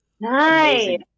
Nice